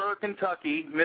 Kentucky